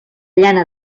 llana